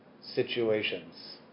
situations